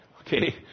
Okay